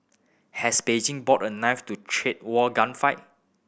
has Beijing brought a knife to a trade war gunfight